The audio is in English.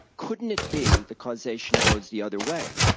couldn't it be the causation goes the other way,